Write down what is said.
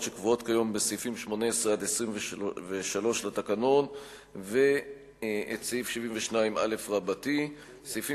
שקבועות היום בסעיפים 18 23 לתקנון ואת סעיף 72א. סעיפים